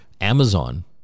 Amazon